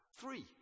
three